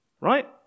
right